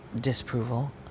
disapproval